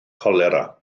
colera